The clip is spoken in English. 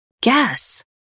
guess